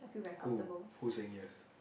who who saying yes